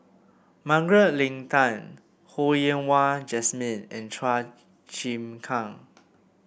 Margaret Leng Tan Ho Yen Wah Jesmine and Chua Chim Kang